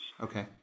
Okay